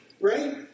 right